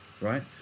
right